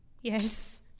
Yes